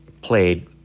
played